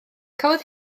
cafodd